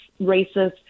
racist